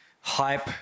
hype